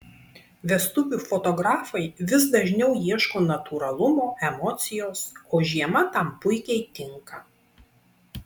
vestuvių fotografai vis dažniau ieško natūralumo emocijos o žiema tam puikiai tinka